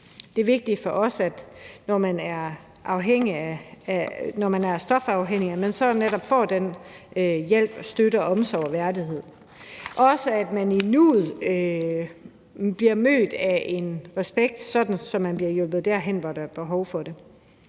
Det er vigtigt for os, at man, når man er stofafhængig, netop får hjælp og støtte og omsorg og værdighed. Det er også vigtigt, at man i nuet bliver mødt med respekt, og at man bliver hjulpet der, hvor der er behov for det.